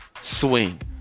swing